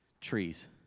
trees